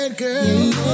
girl